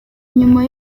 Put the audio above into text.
nyuma